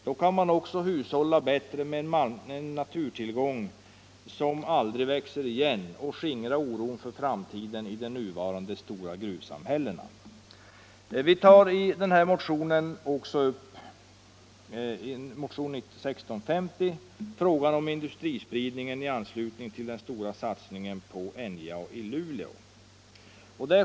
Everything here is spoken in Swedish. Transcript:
Då kan man också hushålla bättre med en naturtillgång som aldrig växer till igen och skingra oron för framtiden i de nuvarande stora gruvsamhällena. Vi tar i motionen 1650 också upp frågan om industrispridningen i anslutning till den stora satsningen på NJA i Luleå.